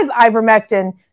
ivermectin